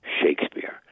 Shakespeare